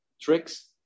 tricks